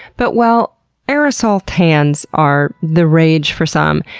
but while aerosol tans are the rage for some,